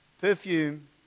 perfume